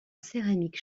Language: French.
céramique